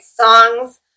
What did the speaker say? songs